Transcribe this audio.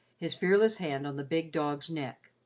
his fearless hand on the big dog's neck.